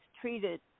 treated